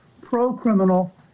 pro-criminal